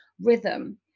rhythm